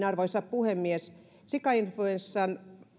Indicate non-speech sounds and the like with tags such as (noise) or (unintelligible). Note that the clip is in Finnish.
(unintelligible) arvoisa puhemies sikainfluenssan